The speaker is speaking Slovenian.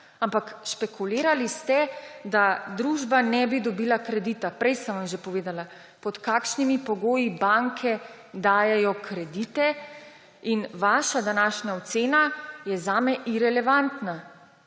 ampak špekulirali ste, da družba ne bi dobila kredita. Prej sem vam že povedala, pod kakšnimi pogoji banke dajejo kredite, in vaša današnja ocena je zame irelevantna.